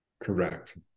Correct